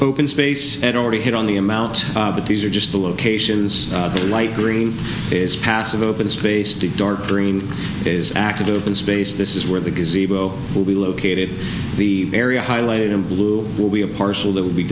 open space had already hit on the amount but these are just the locations the light green is passive open space the dark green is mcadoo in space this is where the gazebo will be located the area highlighted in blue will be a parcel that will be